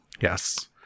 Yes